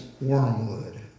wormwood